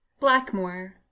Blackmore